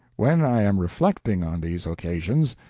when i am reflecting on these occasions,